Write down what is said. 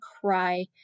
cry